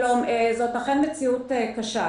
שלום, זאת אכן מציאות קשה.